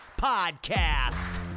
podcast